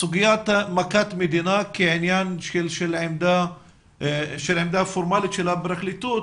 סוגיית מכת מדינה כעניין של עמדה פורמלית של הפרקליטות,